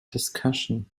discussion